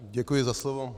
Děkuji za slovo.